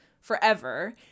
forever